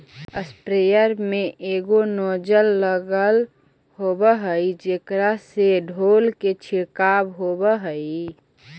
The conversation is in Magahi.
स्प्रेयर में एगो नोजल लगल होवऽ हई जेकरा से धोल के छिडकाव होवऽ हई